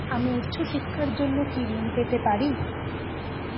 আমি উচ্চশিক্ষার জন্য কি ঋণ পেতে পারি?